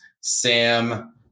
Sam